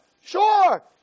sure